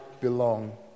belong